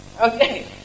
Okay